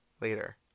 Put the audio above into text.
later